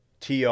tr